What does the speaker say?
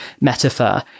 metaphor